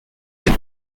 des